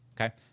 Okay